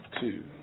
two